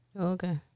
Okay